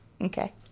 Okay